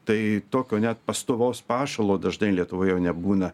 tai tokio net pastovaus pašalo dažnai lietuvoj jau nebūna